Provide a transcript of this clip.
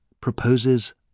Proposes